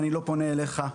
אני לא פונה אליך,